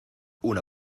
una